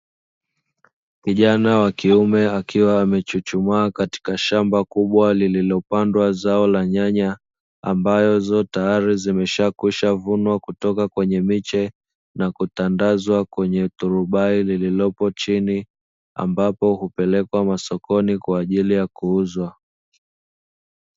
Kijana wa kiume akiwa amechuchumaa kwenye shamba kubwa lililopandwa zao la nyanya ambazo tayari zimekwisha vunwa kutoka kwenye miche na kutandazwa katika turubali lililopo chini, ambapo hupelekwa masokoni kwaajili ya kuuzwa